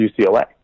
UCLA